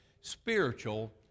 spiritual